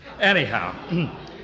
Anyhow